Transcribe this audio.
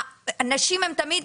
הנשים הן תמיד